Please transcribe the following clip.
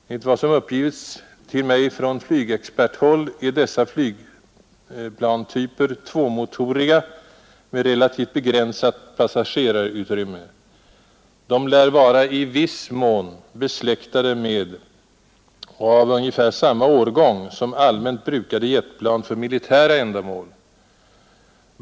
Enligt vad som uppgivits för mig från flygexperthåll är dessa flygplanstyper tvåmotoriga med relativt begränsat passagerarutrymme. De lär vara i viss mån besläktade med och av ungefär samma årgång som för militära ändamål allmänt brukade jetplan.